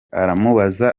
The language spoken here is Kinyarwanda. aramubaza